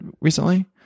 recently